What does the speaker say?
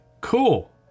cool